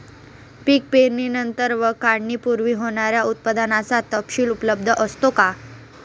पीक पेरणीनंतर व काढणीपूर्वी होणाऱ्या उत्पादनाचा तपशील उपलब्ध असतो का?